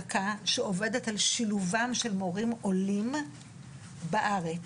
שעובדת על שילובם של מורים עולים בארץ,